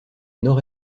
nord